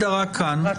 כן.